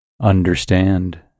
Understand